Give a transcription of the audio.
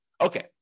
Okay